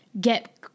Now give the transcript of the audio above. get